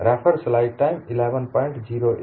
यहां पर यही प्रयत्न किया गया है